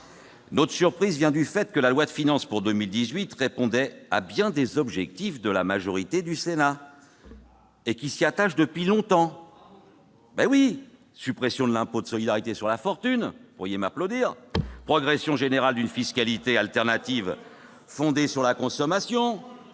Notre surprise vient du fait que la loi de finances pour 2018 répondait à bien des objectifs auxquels la majorité du Sénat s'attache depuis longtemps ... Bravo !... suppression de l'impôt de solidarité sur la fortune- vous pourriez m'applaudir, chers collègues !-, progression générale d'une fiscalité alternative fondée sur la consommation,